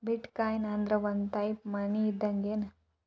ಬಿಟ್ coin ಅಂದ್ರ ಒಂದ type money ಇದ್ದಂಗ್ಗೆನ್